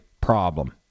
problem